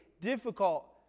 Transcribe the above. difficult